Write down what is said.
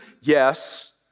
Yes